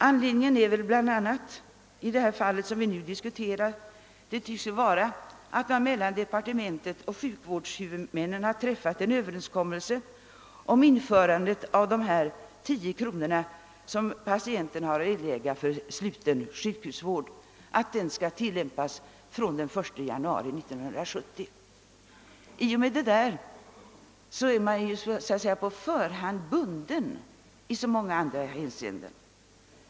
Anledningen är väl bl.a. i det fall vi nu diskuterar, att man mellan departementet och sjukvårdshuvudmännen har träffat en överenskommelse om att sjukförsäkringen skall svara för en till 10 kronor höjd vårdavgift för sluten sjukhusvård från den 1 januari 1970. I och med det är man så att säga på förhand bunden i många andra hänseenden.